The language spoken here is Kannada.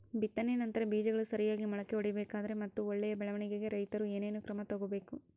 ಬಿತ್ತನೆಯ ನಂತರ ಬೇಜಗಳು ಸರಿಯಾಗಿ ಮೊಳಕೆ ಒಡಿಬೇಕಾದರೆ ಮತ್ತು ಒಳ್ಳೆಯ ಬೆಳವಣಿಗೆಗೆ ರೈತರು ಏನೇನು ಕ್ರಮ ತಗೋಬೇಕು?